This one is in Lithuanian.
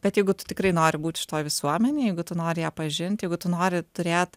bet jeigu tu tikrai nori būti šitoj visuomenėj jeigu tu nori ją pažint jeigu tu nori turėt